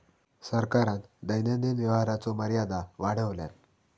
सरकारान दैनंदिन व्यवहाराचो मर्यादा वाढवल्यान